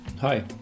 Hi